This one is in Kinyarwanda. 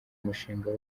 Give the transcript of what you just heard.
umushinga